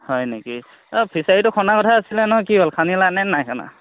হয় নেকি অঁ ফিছাৰীটো খন্দা কথা আছিলে নহয় কি হ'ল খান্দিলা নে নাই খান্দা